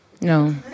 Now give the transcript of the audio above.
No